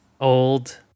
old